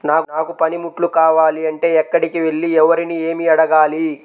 నాకు పనిముట్లు కావాలి అంటే ఎక్కడికి వెళ్లి ఎవరిని ఏమి అడగాలి?